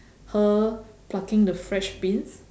her plucking the fresh beans